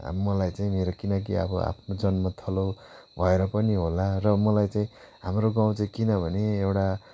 अब मलाई चाहिँ मेरो किनकि अब आफ्नो जन्मथलो भएर पनि होला र मलाई चाहिँ हाम्रो गाउँ चाहिँ किनभने एउटा